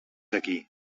aquí